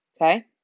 okay